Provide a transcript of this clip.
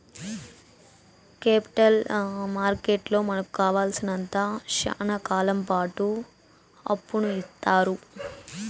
capital మార్కెట్లో మనకు కావాలసినంత శ్యానా కాలంపాటు అప్పును ఇత్తారు